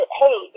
hey